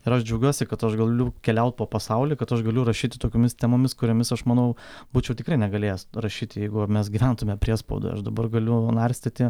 ir aš džiaugiuosi kad aš galiu keliaut po pasaulį kad aš galiu rašyti tokiomis temomis kuriomis aš manau būčiau tikrai negalėjęs rašyti jeigu mes gyventume priespaudoj aš dabar galiu narstyti